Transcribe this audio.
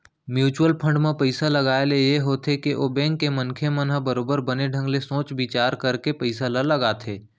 mutual fund म पइसा लगाए ले ये होथे के ओ बेंक के मनखे मन ह बरोबर बने ढंग ले सोच बिचार करके पइसा ल लगाथे